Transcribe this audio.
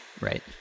Right